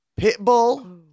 Pitbull